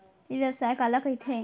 ई व्यवसाय काला कहिथे?